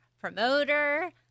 promoter